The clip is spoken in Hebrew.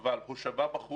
אבל אני אמות מרעב.